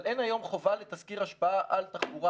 אבל אין היום חובה לתסקיר השפעה על תחבורה